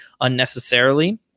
unnecessarily